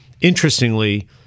interestingly